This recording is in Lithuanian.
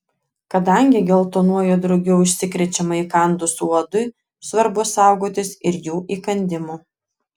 kadangi geltonuoju drugiu užsikrečiama įkandus uodui svarbu saugotis ir jų įkandimų